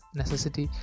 necessity